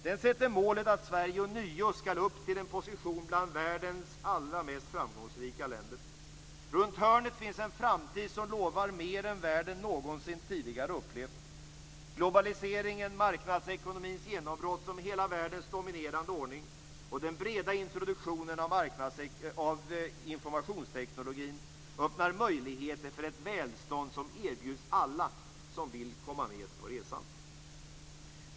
Den sätter målet att Sverige ånyo skall upp till en position bland världens allra mest framgångsrika länder. Runt hörnet finns en framtid som lovar mer än världen någonsin tidigare upplevt. Globaliseringen, marknadsekonomins genombrott som hela världens dominerande ordning och den breda introduktionen av informationstekniken öppnar möjligheter för ett välstånd som erbjuds alla som vill komma med på resan.